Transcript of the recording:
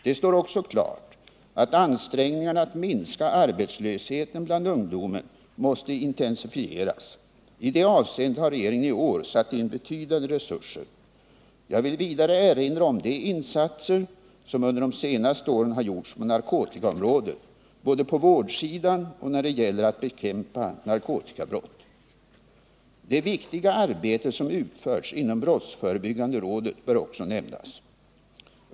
Det står också klart att ansträngningarna att minska arbetslösheten bland ungdomen måste intensifieras. I det avseendet har regeringen i år satt in betydande resurser. Jag vill vidare erinra om de insatser som under de senaste åren har gjorts på narkotikaområdet, både på vårdsidan och när det gäller att bekämpa narkotikabrott. Det viktiga arbete som utförs inom brottsförebyggande rådet bör också nämnas.